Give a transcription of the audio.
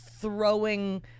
throwing